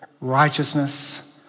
righteousness